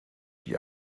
die